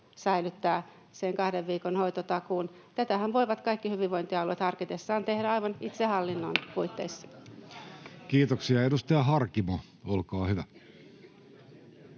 säilyttää sen kahden viikon hoitotakuun. Tätähän voivat kaikki hyvinvointialueet harkitessaan tehdä aivan itsehallinnon puitteissa. [Puhemies koputtaa —